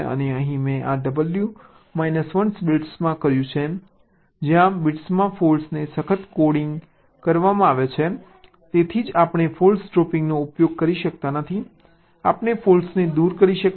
અને અહીં મેં આ W માઈનસ 1 બિટ્સમાં કહ્યું છે કે જ્યાં બિટ્સમાં ફોલ્ટને સખત કોડિંગ કરવામાં આવે છે તેથી જ આપણે ફોલ્ટ ડ્રોપિંગનો ઉપયોગ કરી શકતા નથી આપણે ફોલ્ટને દૂર કરી શકતા નથી